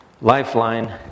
lifeline